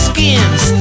Skins